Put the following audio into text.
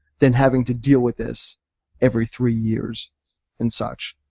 than having to deal with this every three years and such.